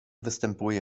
występuje